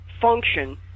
function